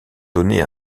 donner